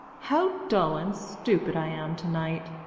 how dull and stupid i am to-night!